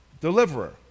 deliverer